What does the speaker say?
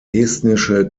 estnische